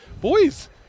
boys